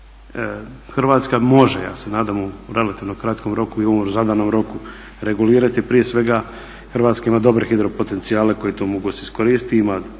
Hrvatska može, ja se nadam u relativno kratkom roku i u ovom zadanom roku, regulirati. Prije svega Hrvatska ima dobre hidro potencijale koji mogu se iskoristiti,